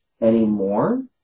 anymore